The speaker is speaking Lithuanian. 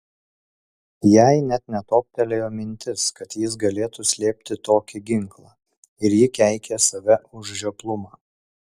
jai net netoptelėjo mintis kad jis galėtų slėpti tokį ginklą ir ji keikė save už žioplumą